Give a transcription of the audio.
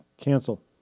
Cancel